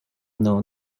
known